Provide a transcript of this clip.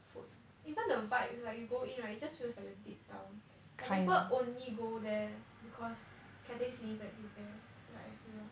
food even the vibes like you go in right it just feels like a dead town like people only go there because Cathay cineplex is there like I feel lah